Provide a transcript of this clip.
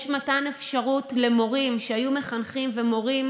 יש מתן אפשרות למורים שהיו מחנכים ומורים